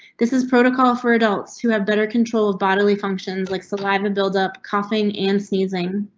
this is protocol for adults who have better control of bodily functions, like saliva buildup, coughing and sneezing.